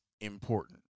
important